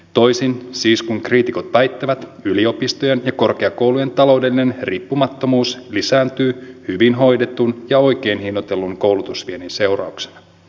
toisin siis kuin kriitikot väittävät yliopistojen ja korkeakoulujen taloudellinen riippumattomuus lisääntyy hyvin hoidetun ja oikein hinnoitellun koulutusviennin seurauksena